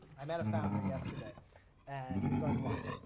i met a founder yesterday and he's going blind.